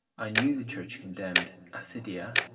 i knew the church condemned accidia,